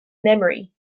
memory